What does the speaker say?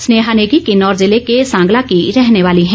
स्नेहा नेगी किन्नौर जिले के सांग्ला की रहने वाली हैं